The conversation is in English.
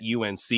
UNC